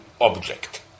object